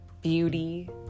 beauty